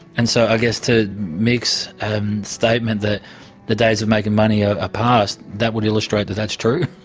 and so i guess to mix statements that the days of making money are ah past, that would illustrate that that's true.